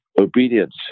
Obedience